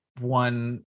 one